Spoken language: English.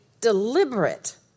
deliberate